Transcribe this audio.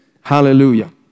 Hallelujah